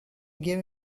gave